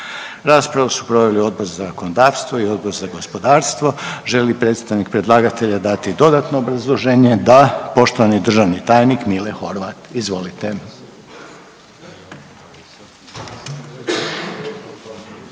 Raspravu su proveli Odbor za zakonodavstvo i Odbor za gospodarstvo. Želi li predstavnik predlagatelja dati dodatno obrazloženje? Da. Poštovani državni tajnik Mile Horvat, izvolite.